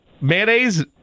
mayonnaise